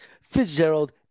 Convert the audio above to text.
Fitzgerald